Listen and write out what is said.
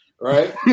right